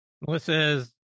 Melissa